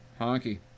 Honky